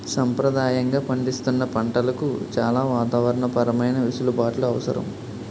సంప్రదాయంగా పండిస్తున్న పంటలకు చాలా వాతావరణ పరమైన వెసులుబాట్లు అవసరం